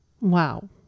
wow